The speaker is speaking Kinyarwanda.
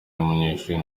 umunyeshuri